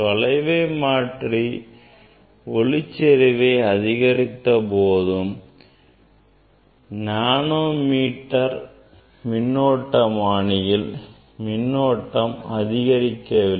தொலைவை மாற்றி ஒளிச்செறிவை அதிகரித்த போதும் போதும் நானோ மீட்டர் மின்னோட்டமானியில் மின்னோட்டம் அதிகரிக்கவில்லை